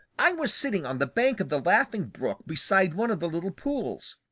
i was sitting on the bank of the laughing brook beside one of the little pools,